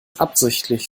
absichtlich